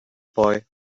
boy